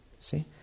See